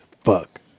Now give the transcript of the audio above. fuck